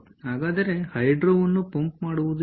ಹಾಗಾದರೆ ಹೈಡ್ರೊವನ್ನು ಪಂಪ್ ಮಾಡುವುದು ಏನು